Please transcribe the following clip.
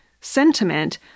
sentiment